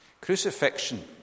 Crucifixion